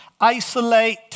isolate